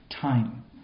time